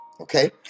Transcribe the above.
Okay